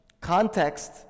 context